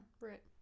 Right